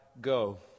go